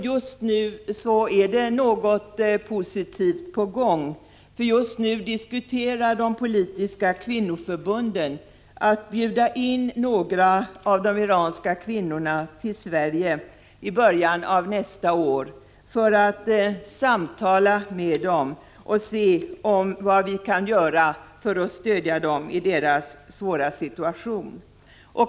Just nu är något positivt på gång, för just nu diskuterar de politiska kvinnoförbunden ett förslag att bjuda in några av de iranska kvinnorna till Sverige i början av nästa år för att samtala med dem och se vad vi kan göra för att stödja dem i deras svåra situation.